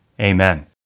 Amen